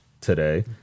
today